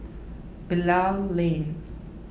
Bilal Lane